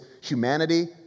humanity